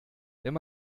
wenn